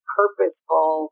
purposeful